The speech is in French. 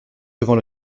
devant